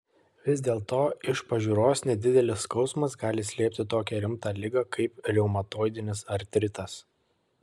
vis dėlto iš pažiūros nedidelis skausmas gali slėpti tokią rimtą ligą kaip reumatoidinis artritas